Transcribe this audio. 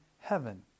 heaven